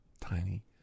tiny